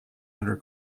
under